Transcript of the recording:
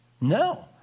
No